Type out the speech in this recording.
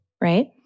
right